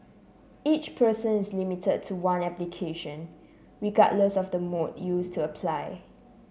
each person is limited to one application regardless of the mode used to apply